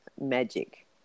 magic